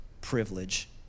privilege